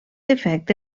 efecte